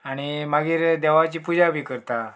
आणी मागीर देवाची पुजा बी करता